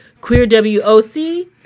queerwoc